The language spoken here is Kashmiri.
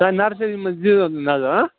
سانہِ نرسٔری منٛز دِیٖزیو نظر